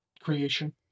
creation